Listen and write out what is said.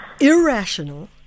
irrational